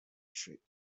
trick